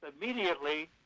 immediately